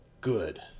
Good